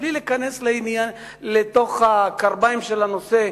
בלי להיכנס לתוך הקרביים של הנושא,